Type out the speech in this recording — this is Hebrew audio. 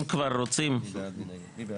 אם כבר רוצים --- מי בעד?